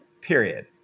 Period